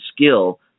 skill